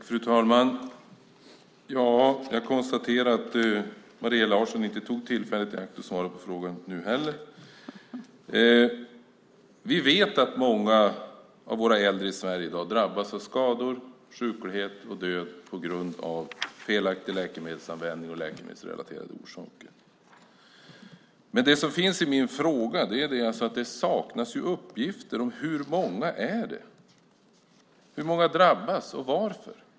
Fru talman! Jag konstaterar att Maria Larsson inte heller nu tog tillfället i akt att svara på frågan. Vi vet att många av våra äldre i Sverige i dag drabbas av skador och sjuklighet och dör på grund av felaktig läkemedelsanvändning och av läkemedelsrelaterade orsaker. Det som finns i min fråga är att det saknas uppgifter om hur många det är som drabbas och varför.